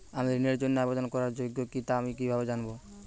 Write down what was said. আমি ঋণের জন্য আবেদন করার যোগ্য কিনা তা আমি কীভাবে জানব?